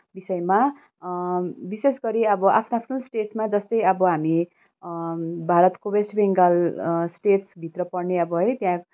विषयमा विशेष गरी अब आफ्नो आफ्नो स्टेट्समा जस्तै अब हामी भारतको वेस्ट बङ्गाल स्टेट्सभित्र पर्ने अब है त्यहाँ